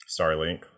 Starlink